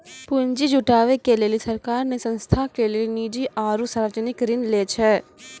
पुन्जी जुटावे के लेली सरकार ने संस्था के लेली निजी आरू सर्वजनिक ऋण लै छै